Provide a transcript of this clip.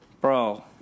bro